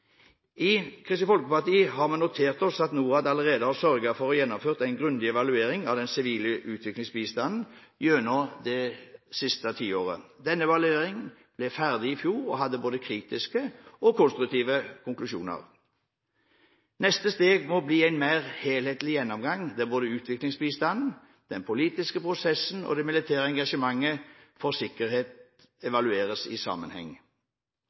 I Kristelig Folkeparti har vi notert oss at NORAD allerede har sørget for å få gjennomført en grundig evaluering av den sivile utviklingsbistanden gjennom det siste tiåret. Den evalueringen ble ferdig i fjor og hadde både kritiske og konstruktive konklusjoner. Neste steg må bli en mer helhetlig gjennomgang, der både utviklingsbistanden, den politiske prosessen og det militære engasjementet for sikkerhet evalueres i sammenheng.